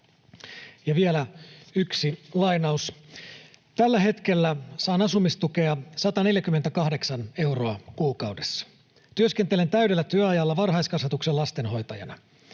Ja vielä yksi lainaus: ”Tällä hetkellä saan asumistukea 148 euroa kuukaudessa. Työskentelen täydellä työajalla varhaiskasvatuksen lastenhoitajana.